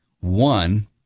one